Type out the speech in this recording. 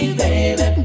baby